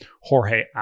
Jorge